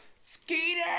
Skeeter